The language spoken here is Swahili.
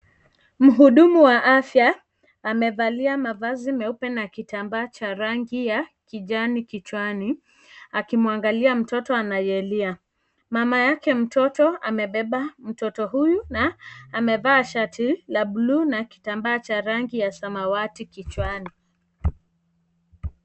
Mhudumu wa afya, amevalia mavazi meupe na kitambaa cha rangi ya kijani kichwani, akimuangalia mtoto anayelia. Mama yake mtoto amebeba mtoto huyu na amevaa shati la bluu na kitambaa cha rangi ya samawati kichwani.